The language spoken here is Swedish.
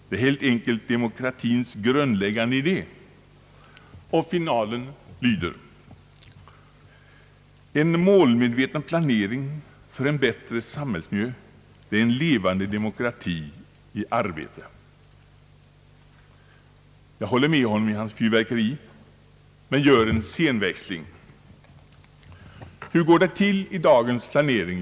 Det är helt enkelt demokratins grundläggande idé.» Och finalen lyder: »En målmedveten planering för en bättre samhällsmiljö — det är en levande demokrati i arbete.» Jag håller med honom i hans fyrverkeri men gör en scenväxling. Hur går det till i dagens planering?